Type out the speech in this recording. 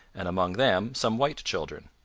and among them some white children.